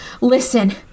listen